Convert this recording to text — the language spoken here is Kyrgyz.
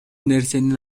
нерсени